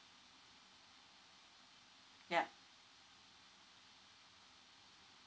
ya